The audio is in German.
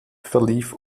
verlief